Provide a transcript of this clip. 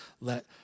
let